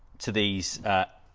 today's at